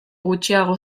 gutxiago